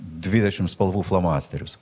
dvidešim spalvų flomasterius